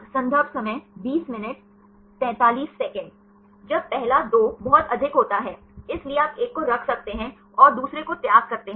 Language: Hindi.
जब पहला दो बहुत अधिक होता है इसलिए आप एक को रख सकते हैं और दूसरे को त्याग सकते हैं